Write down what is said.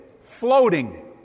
floating